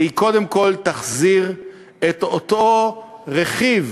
קודם כול תחזיר את אותו רכיב